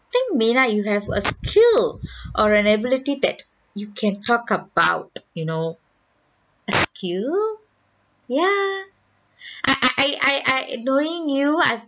think mina you have a skill or an ability that you can talk about you know a skill ya I I I I I knowing you I